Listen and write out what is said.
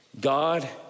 God